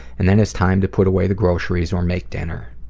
and then it's time to put away the groceries or make dinner.